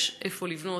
יש איפה לבנות.